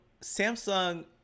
Samsung